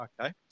Okay